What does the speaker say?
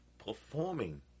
performing